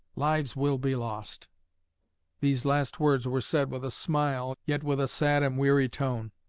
lives will be lost these last words were said with a smile, yet with a sad and weary tone.